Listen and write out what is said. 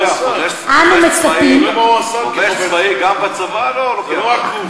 חובש צבאי גם בצבא לא לוקח דם.